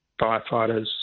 firefighters